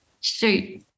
Shoot